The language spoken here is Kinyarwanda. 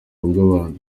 bw’abantu